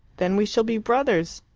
then we shall be brothers.